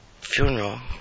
funeral